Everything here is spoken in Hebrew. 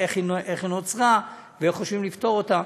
איך היא נוצרה ואיך חושבים לפתור אותה.